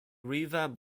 revamp